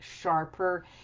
sharper